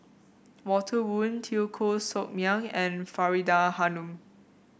Walter Woon Teo Koh Sock Miang and Faridah Hanum